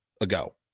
ago